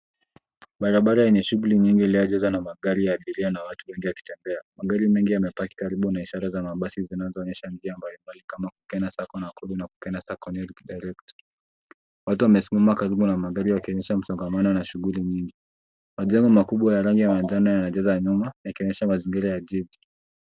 Barabara ina shughuli nyingi iliyojazwa na magari ya abiria na watu wengi wakitembea. Magari mengi yamepaki karibu na ishara za mabasi zinazoonyesha njia mbalimbali kama Kukena Sacco Nakuru na Kukena Sacco Nyeri Direct . Watu wamesimama karibu na magari wakionyesha msongamano na shughuli nyingi. Majengo makubwa ya rangi ya manjano yanajaza nyuma, yakionyesha mazingira ya jiji.